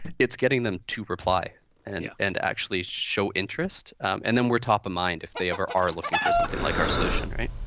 it's getting them to reply and and actually show interest. and then we're top-of-mind if they ever are looking for something like our solution, right?